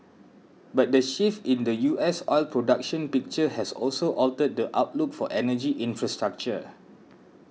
but the shift in the U S oil production picture has also altered the outlook for energy infrastructure